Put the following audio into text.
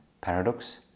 paradox